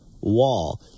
wall